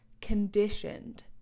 conditioned